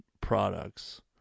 products